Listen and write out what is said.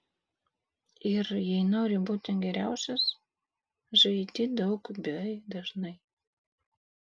ir jei nori būti geriausias žaidi daug bei dažnai